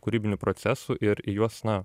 kūrybinių procesų ir į juos na